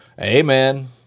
amen